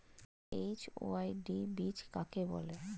HYV বীজ কাকে বলে?